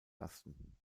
lasten